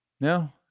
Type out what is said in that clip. no